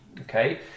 Okay